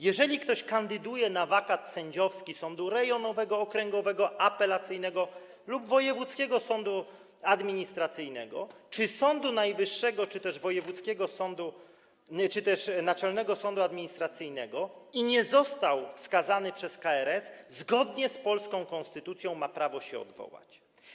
Jeżeli ktoś kandyduje na wakat sędziowski sądu rejonowego, okręgowego, apelacyjnego, wojewódzkiego sądu administracyjnego czy Sądu Najwyższego, czy też Naczelnego Sądu Administracyjnego i nie został wskazany przez KRS, zgodnie z polską konstytucją ma prawo się odwołać.